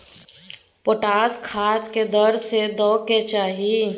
Potash खाद की दर से दै के चाही?